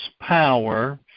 power